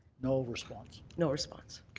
no response. no response.